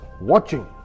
watching